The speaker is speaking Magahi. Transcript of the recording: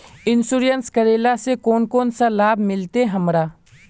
इंश्योरेंस करेला से कोन कोन सा लाभ मिलते हमरा?